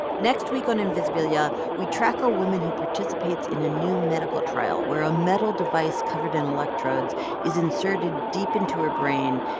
next week on invisibilia, we track a woman who participates in a new medical trial, where a metal device covered in electrodes is inserted deep into her brain.